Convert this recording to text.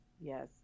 yes